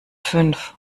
fünf